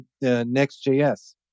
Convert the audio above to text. Next.js